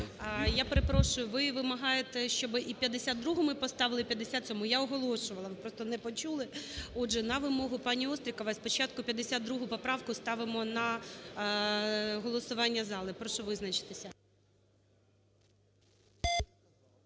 Я перепрошую, ви вимагаєте, щоб і 52-у ми поставили, і 57-у? Я оголошувала, ви просто не почули. Отже, на вимогу паніОстрікової спочатку 52 поправку ставимо на голосування зали. Прошу визначитися.